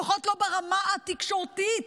לפחות לא ברמה התקשורתית.